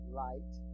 light